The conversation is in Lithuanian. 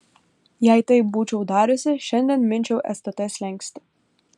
jei taip būčiau dariusi šiandien minčiau stt slenkstį